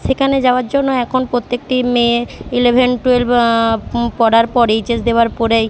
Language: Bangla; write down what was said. সেখানে যাওয়ার জন্য এখন প্রত্যেকটি মেয়ে ইলেভেন টুয়েলভ পড়ার পর এইচএস দেওয়ার পরেই